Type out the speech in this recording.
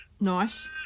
Nice